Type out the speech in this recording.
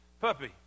Puppy